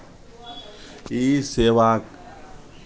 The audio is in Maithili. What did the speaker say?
ई सेवा